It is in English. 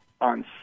on